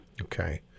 Okay